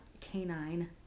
canine